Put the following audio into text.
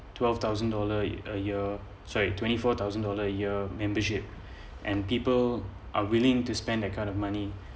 twelve thousand dollars a year sorry twenty four thousand dollars a year membership and people are willing to spend that kind of money